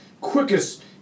quickest